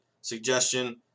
suggestion